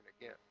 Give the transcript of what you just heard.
again